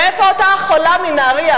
איפה אותה חולה מנהרייה?